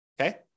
okay